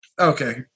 okay